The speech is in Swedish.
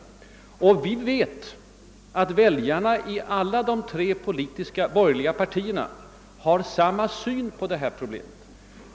Vi vet att väljarna i alla de tre borgerliga partierna har samma syn på behovet av samarbete.